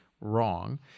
wrong